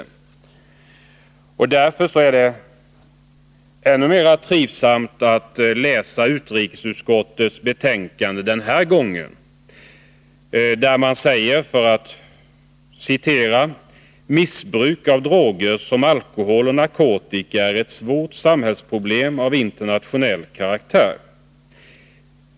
Det är ännu trevligare att läsa utrikesutskottets betänkande den här gången. Man säger där: ”Missbruk av droger som alkohol och narkotika är ett svårt samhällsproblem av internationell karaktär.